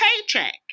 paycheck